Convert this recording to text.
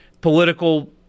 political